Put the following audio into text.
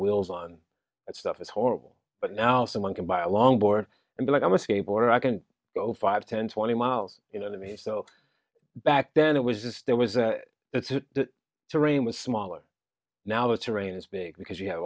wheels on that stuff is horrible but now someone can buy a longboard and be like i'm a skateboarder i can go five ten twenty miles you know to me so back then it was just there was the terrain was smaller now it's a rain is big because you have